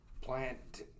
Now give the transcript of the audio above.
Plant